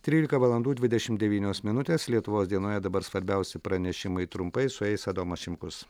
trylika valandų dvidešimt devynios minutės lietuvos dienoje dabar svarbiausi pranešimai trumpai su jais adomas šimkus